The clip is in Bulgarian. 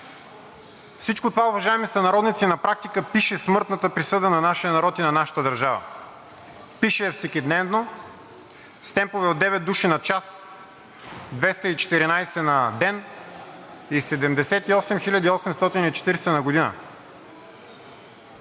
Всичко това, уважаеми сънародници, на практика пише смъртната присъда на нашия народ и на нашата държава. Пише я всекидневно, с темпове от девет души на час, 214 на ден и 78 840 на година